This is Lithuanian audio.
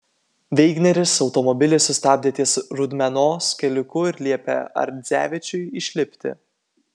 veigneris automobilį sustabdė ties rudmenos keliuku ir liepė ardzevičiui išlipti